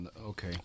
okay